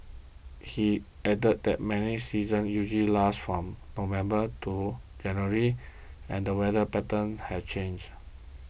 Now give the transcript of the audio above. he added that many season usually lasts from November to January and that weather patterns has changed